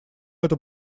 эту